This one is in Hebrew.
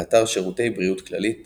באתר שירותי בריאות כללית